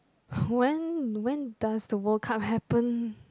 when when does the World Cup happen